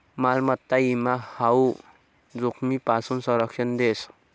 मालमत्ताना ईमा हाऊ जोखीमपासून संरक्षण देस